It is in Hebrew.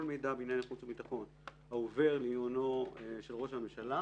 כל מידע בענייני חוץ וביטחון העובר לעיונו של ראש הממשלה